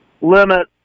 limit